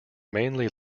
mainly